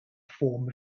form